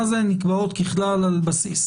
מה זה "נקבעות ככלל על בסיס"?